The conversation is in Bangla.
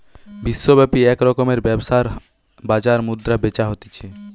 বিশ্বব্যাপী এক রকমের ব্যবসার বাজার মুদ্রা বেচা হতিছে